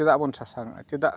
ᱪᱮᱫᱟᱜ ᱵᱚᱱ ᱥᱟᱥᱟᱝᱟᱜᱼᱟ ᱪᱮᱫᱟᱜ